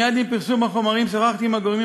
מייד עם פרסום החומרים שוחחתי עם הגורמים